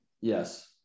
Yes